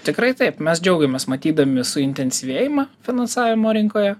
tikrai taip mes džiaugiamės matydami suintensyvėjimą finansavimo rinkoje